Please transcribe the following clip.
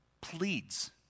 pleads